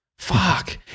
Fuck